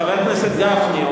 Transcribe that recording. חבר הכנסת גפני,